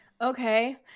Okay